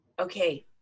Okay